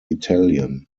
italian